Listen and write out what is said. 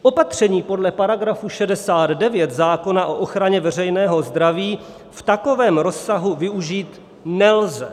Opatření podle § 69 zákona o ochraně veřejného zdraví v takovém rozsahu využít nelze.